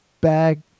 bag